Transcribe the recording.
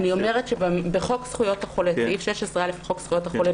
אני אומרת שסעיף 16א לחוק הזכויות החולה